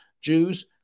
Jews